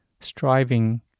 striving